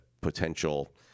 potential